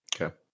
Okay